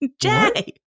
Jay